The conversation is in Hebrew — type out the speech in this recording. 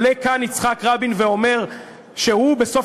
עולה כאן יצחק רבין ואומר שהוא בסוף